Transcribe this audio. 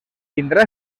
tindrà